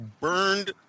burned